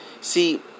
See